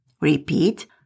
Repeat